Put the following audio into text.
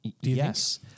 Yes